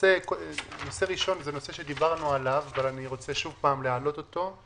נושא ראשון הוא נושא שדיברנו עליו אבל אני רוצה שוב להעלות אותו.